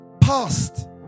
past